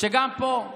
וגם פה,